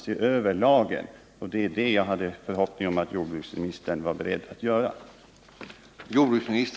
Jag hade förhoppningen att jordbruksministern skulle vara beredd att göra det.